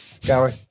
Gary